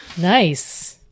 nice